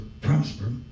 prosper